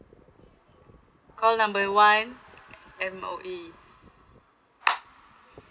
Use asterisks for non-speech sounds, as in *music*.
call number one M_O_E *noise*